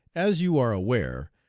as you are aware,